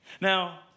Now